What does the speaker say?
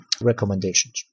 recommendations